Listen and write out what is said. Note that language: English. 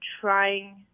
trying